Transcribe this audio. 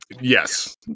yes